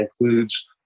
includes